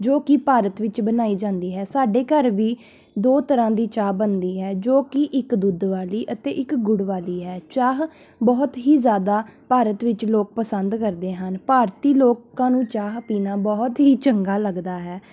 ਜੋ ਕਿ ਭਾਰਤ ਵਿੱਚ ਬਣਾਈ ਜਾਂਦੀ ਹੈ ਸਾਡੇ ਘਰ ਵੀ ਦੋ ਤਰ੍ਹਾਂ ਦੀ ਚਾਹ ਬਣਦੀ ਹੈ ਜੋ ਕਿ ਇੱਕ ਦੁੱਧ ਵਾਲੀ ਅਤੇ ਇੱਕ ਗੁੜ ਵਾਲੀ ਹੈ ਚਾਹ ਬਹੁਤ ਹੀ ਜ਼ਿਆਦਾ ਭਾਰਤ ਵਿੱਚ ਲੋਕ ਪਸੰਦ ਕਰਦੇ ਹਨ ਭਾਰਤੀ ਲੋਕਾਂ ਨੂੰ ਚਾਹ ਪੀਣਾ ਬਹੁਤ ਹੀ ਚੰਗਾ ਲੱਗਦਾ ਹੈ